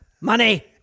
Money